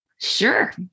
Sure